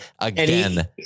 again